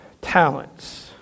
Talents